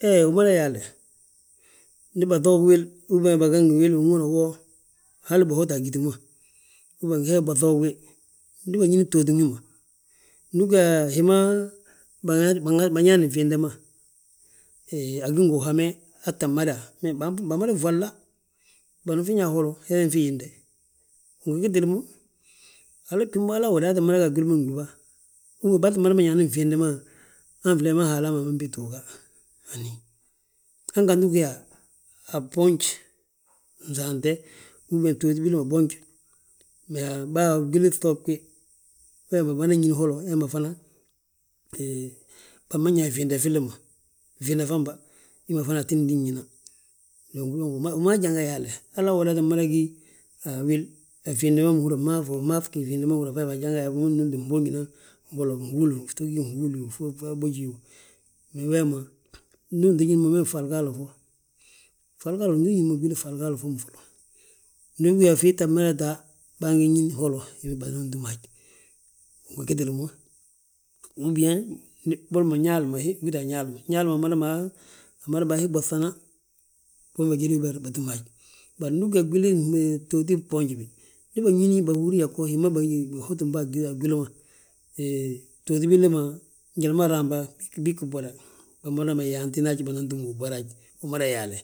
Hee wi ma yaale ndi baŧoog wil, uben bage ngi wil wi ma húra wo, hal bihota agiti ma. Uben ngi hee baŧoogwi ndi bañini btooti bima. Ndu ugí yaa hi ma bañaani fyinde ma, hee a gí ngi uhame aa tta mada, hee bamada fwala banafi ²ñaa holla hee nan fi yinde ngi gitili mo hala bgim bo hala awoda aa ttin mada yaa gwili ma gdúba. Ubaa ttim madama ñaani fyinde ma han flee ma Haala ma bintuuga hani, hangantu ugí yaa abboonj fsaante, ubiyen btooti billi ma bboonj, mee baa gwili gŧoog gi, we bamad ñíni holo, hee fana, hee bama ñaa fyinde filli ma. Fyinde famba, hima fana ati dinñía. Wi ma janga yaale, hala awodaa ttin mada ga awil, yaa fyinde ma húri yaa fma fgí, fyinde ma húri yaa fmgi mboonjina fngúuli, ftogí fngúul yoo, fo boji yoo. Iyoo, wee ma ndu unto ñí mo fee fgí fgalgaalo fo, fgalgaalo ndu uñín fgalgaalo fomú folo, ndu ugí yaa fii tta mada taa, baa gí ñín holo, hima banatúm haj. Wi ngi gitili mo, ubiyen bol mo Ñaali ma hi, wi ngiti gí ta a Ñaali ma. Ñaali ma madabaa hi ɓoŧana, fo bajédi aber batúm haj, bari ndu ugí yaa gwili btooti bboonj bi, ndi bañín, bahúri, bañi yaa hima bahotina a gwili ma. Btooti billi ma wi ma raambâa, bii ggí bwoda, bamadama yaantina haj, bana túm ubera haj, wi mada yaale,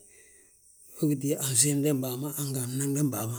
we gíta a fnsiimdem baa ma ngi a fnaŋnde baa ma.